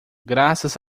graças